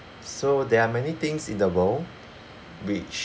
so there are many things in the world which